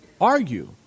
argue